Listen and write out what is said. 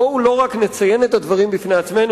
בואו לא רק נציין את הדברים בפני עצמנו